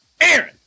Aaron